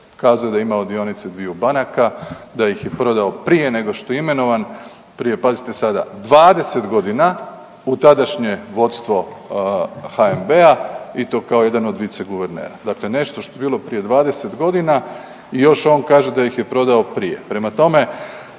Kazao je da je imao dionice dviju banaka da ih je prodao prije nego što je imenovan, prije pazite sada 20 godina u tadašnje vodstvo HNB-a i to kao jedan od viceguvernera, dakle nešto što je bilo prije 20 godina i još on kaže da ih je prodao prije.